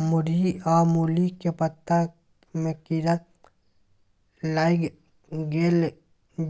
मूरई आ मूली के पत्ता में कीरा लाईग गेल